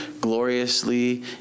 gloriously